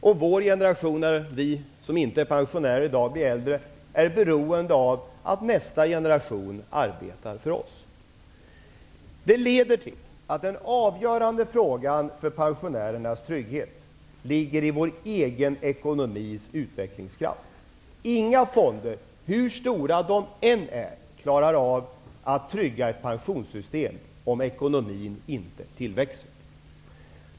När vi i vår generation, som inte i dag är pensionärer, blir äldre kommer vi att bli beroende av att nästa generation arbetar för oss. Det leder till att den avgörande frågan för pensionärernas trygghet ligger i vår egen ekonomis utvecklingskraft. Inga fonder, hur stora de än är, klarar av att trygga ett pensionssystem om ekonomin inte tillväxer.